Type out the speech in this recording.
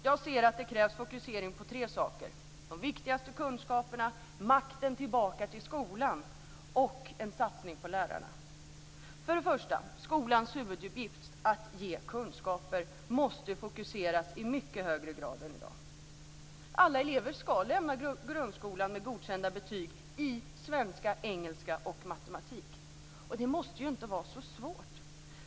Jag anser att det krävs fokusering på tre saker: de viktigaste kunskaperna, makten tillbaka till skolan och en satsning på lärarna. För det första: Skolans huvuduppgift att ge kunskaper måste fokuseras i mycket högre grad än i dag. Alla elever ska lämna grundskolan med godkända betyg i svenska, engelska och matematik, och det måste inte vara så svårt.